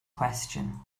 question